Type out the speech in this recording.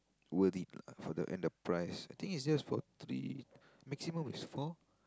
worth it lah for the and the price I think it's just for three maximum is four